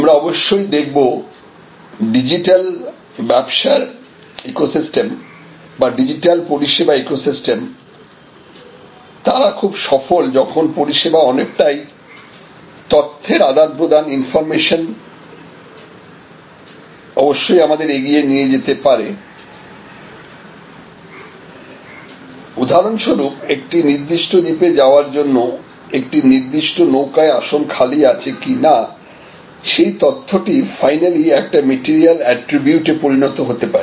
আমরা অবশ্যই দেখবো ডিজিটাল ব্যবসার ইকোসিস্টেম বা ডিজিটাল পরিষেবা ইকোসিস্টেম তারা খুব সফল যখন পরিষেবা অনেকটাই তথ্যের আদান প্রদান ইনফরমেশন অবশ্যই আমাদের এগিয়ে নিয়ে যেতে পারে উদাহরণস্বরূপ একটি নির্দিষ্ট দ্বীপে যাওয়ার জন্য একটি নির্দিষ্ট নৌকায় আসন খালি আছে কিনা সেই তথ্যটি ফাইনালি একটি ম্যাটেরিয়াল এট্রিবিউট এ পরিণত হতে পারে